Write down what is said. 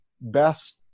best